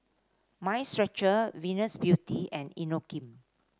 Mind Stretcher Venus Beauty and Inokim